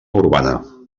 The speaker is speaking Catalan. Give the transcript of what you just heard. urbana